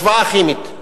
משוואה כימית.